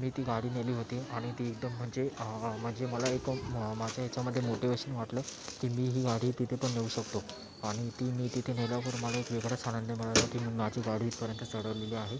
मी ती गाडी नेली होती आणि ती एकदम म्हणजे म्हणजे मला एक माझ्या ह्याच्यामध्ये मोटिवेशन वाटलं की मी ही गाडी तिथे पण नेऊ शकतो आणि ती मी तिथे नेल्यावर एक वेगळाच आनंद मिळाला की मी माझी गाडी इथपर्यंत चढवलेली आहे